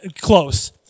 Close